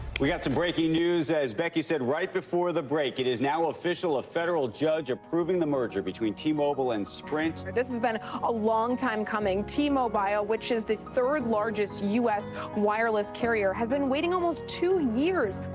we got some breaking news as becky said right before the break, it is now official, a federal judge approving the merger between t-mobile and sprint. this has been a long time coming, t-mobile which is the third largest us wireless carrier has been waiting almost two years.